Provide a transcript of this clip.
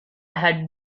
had